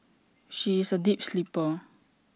she is A deep sleeper